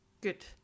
good